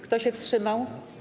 Kto się wstrzymał?